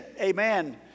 Amen